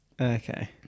Okay